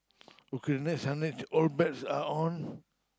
okay next I need to all bets are on